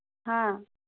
ꯍꯥ